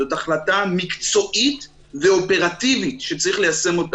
זאת החלטה מקצועית ואופרטיבית שצריך ליישם.